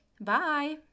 Bye